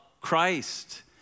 Christ